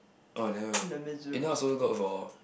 oh I never eh now also got for